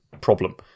problem